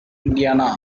indiana